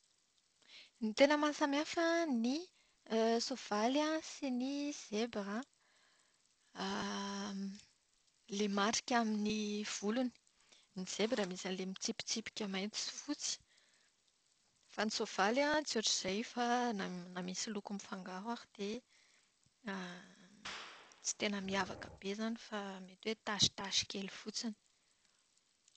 Ny tena mahasamihafa ny soavaly sy ny zebra. Ilay marika amin'ny volony. Ny zebra misy an'ilay tsipitsipika mainty sy fotsy. Fa ny soavaly tsy ohatr'izay fa na misy loko mifangaro ary dia tsy tena miavaka be izany fa mety hoe tasitasy kely fotsiny.